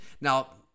Now